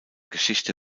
geschichte